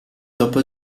dopo